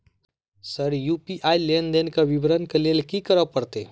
Sir UPI लेनदेन केँ विवरण केँ लेल की करऽ परतै?